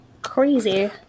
Crazy